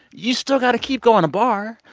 you still got to keep going to barre.